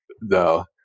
no